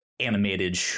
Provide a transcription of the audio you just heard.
Animated